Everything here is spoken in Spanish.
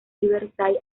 riverside